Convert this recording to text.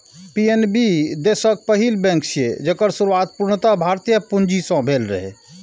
PNB देशक पहिल bank छियै, जेकर शुरुआत पूर्णतः भारतीय पूंजी सं भेल रहै